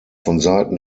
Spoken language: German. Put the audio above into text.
vonseiten